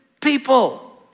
people